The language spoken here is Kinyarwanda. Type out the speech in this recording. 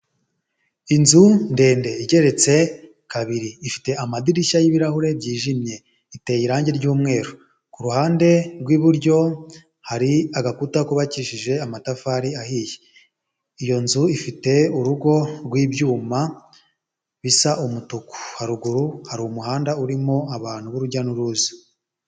Inzu ndende, igeretse kabiri, ifite amadirishya y'ibirahure byijimye, iteye irangi ry'umweru, kuruhande rw'iburyo hari agakuta kubabakishije amatafari ahiye, iyo nzu ifite urugo rw'ibyuma bisa umutuku, haruguru hari umuhanda urimo abantu b'urujya n'uruza.